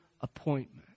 appointment